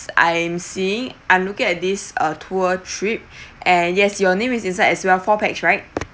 I'm seeing I'm looking at this uh tour trip and yes your name is inside as well four pax right